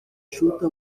chuta